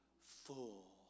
full